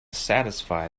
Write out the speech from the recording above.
satisfy